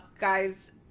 guys